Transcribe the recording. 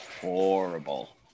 horrible